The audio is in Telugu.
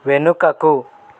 వెనుకకు